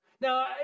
Now